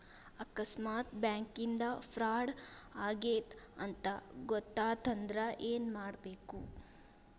ಆಕಸ್ಮಾತ್ ಬ್ಯಾಂಕಿಂದಾ ಫ್ರಾಡ್ ಆಗೇದ್ ಅಂತ್ ಗೊತಾತಂದ್ರ ಏನ್ಮಾಡ್ಬೇಕು?